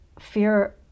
fear